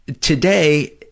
today